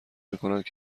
میکنند